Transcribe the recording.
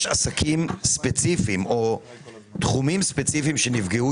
יש עסקים ספציפיים או תחומים ספציפיים שנפגעו